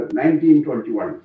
1921